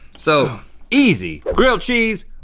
so easy, grilled cheese.